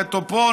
נטו פה,